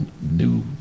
new